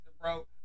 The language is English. bro